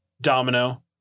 Domino